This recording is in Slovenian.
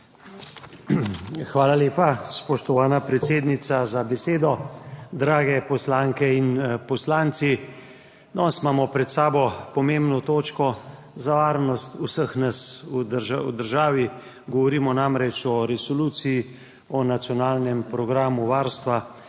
Hvala lepa, spoštovana predsednica, za besedo. Drage poslanke in poslanci! Danes imamo pred sabo pomembno točko za varnost vseh nas v državi, govorimo namreč o resoluciji o nacionalnem programu varstva